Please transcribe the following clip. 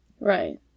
right